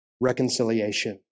reconciliation